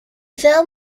film